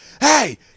hey